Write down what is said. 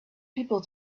people